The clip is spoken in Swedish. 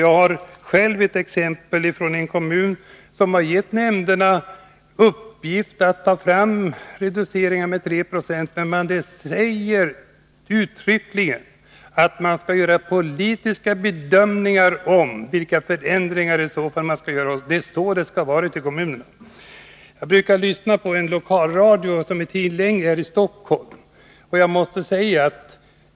Jag har själv ett exempel från en kommun Måndagen den som gett nämnderna i uppgift att ta fram förslag till reduceringar med 3 76. 24 maj 1982 Men man säger uttryckligen att man skall göra politiska bedömningar om vilka förändringar som i så fall skall göras. Det är så det skall vara ute i kommunerna. Jag brukar lyssna på en lokalradio som är tillgänglig här i Stockholm.